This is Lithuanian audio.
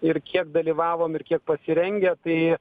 ir kiek dalyvavom ir kiek pasirengę tai